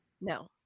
No